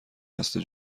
قصد